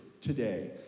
today